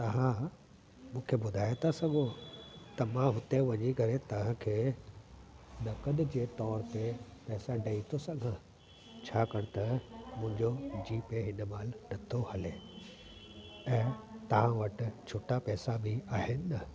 त तव्हां मूंखे ॿुधाए था सघो त मां हुते वञी करे तव्हांखे नगदि जे तौर ते पैसा ॾेई थो सघां छाकणि त मुंहिंजो जी पे हिन माल नथो हले ऐं तव्हां वटि छुट्टा पैसा बि आहिनि